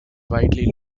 widely